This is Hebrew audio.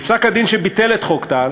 בפסק-הדין שביטל את חוק טל